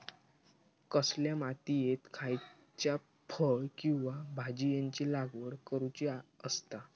कसल्या मातीयेत खयच्या फळ किंवा भाजीयेंची लागवड करुची असता?